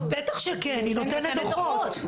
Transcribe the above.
בטח שכן, היא נותנת דוחות.